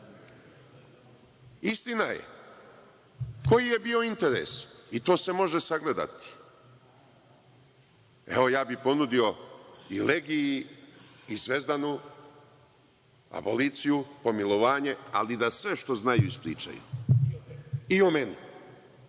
Istina je. Koji je bio interes? I to se može sagledati. Evo, ja bih ponudio i Legiji i Zvezdanu aboliciju, pomilovanje, ali da sve što znaju ispričaju, i o meni.